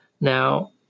Now